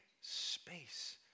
space